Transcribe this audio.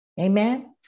Amen